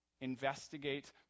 investigate